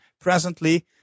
presently